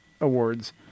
awards